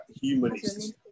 humanist